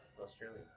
Australia